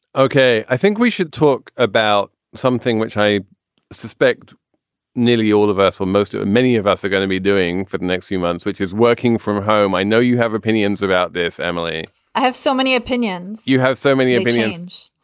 ok. i think we should talk about something which i suspect nearly all of us or most of many of us are going to be doing for the next few months, which is working from home. i know you have opinions about this, emily. i have so many opinions. you have so many opinions.